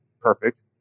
perfect